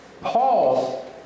Paul